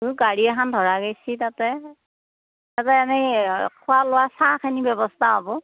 অ' গাড়ী এখান ধৰা গৈছে তাতে তাতে এনেই খোৱা লোৱা চাহখিনিৰ ব্যৱস্থা হ'ব